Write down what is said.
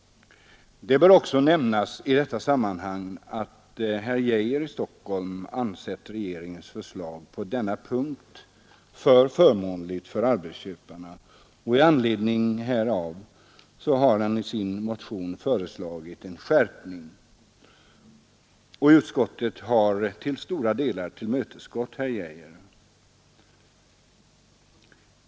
Det bör också nämnas i detta sammanhang att herr Geijer i Stockholm anser regeringens förslag på denna punkt alltför förmånligt för arbetsköparna, och i anledning härav har han i sin motion föreslagit en skärpning. Utskottet har till stor del tillmötesgått herr Geijer.